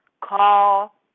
call